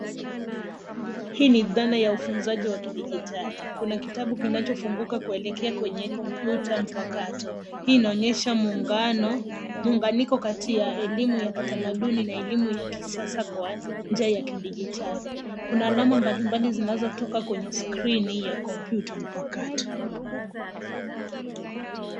Hii ni dhana ya ufunzaji wa kidijitali. Kuna kitabu kinachofunguka kuelekea kwenye kompyuta mpakato. Hii inaonyesha muungano, muunganiko kati ya elimu ya kitamaduni na elimu ya kisasa kwa njia ya kidijitali. Kuna alama mbalimbali zinazotoka kwenye skrini ya kompyuta mpakato.